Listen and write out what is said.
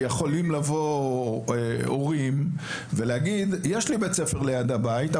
הורים יכולים לבוא ולהגיד שיש להם בית ספר ליד הבית,